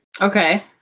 Okay